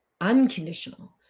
unconditional